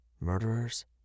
Murderers